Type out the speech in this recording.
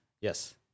yes